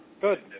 Good